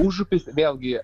užupis vėlgi